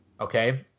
Okay